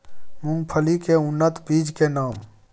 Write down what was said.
मूंगफली के उन्नत बीज के नाम?